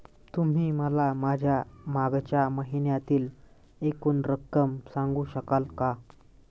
तुम्ही मला माझ्या मागच्या महिन्यातील एकूण रक्कम सांगू शकाल का?